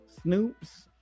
Snoop's